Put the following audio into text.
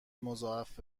مضاعف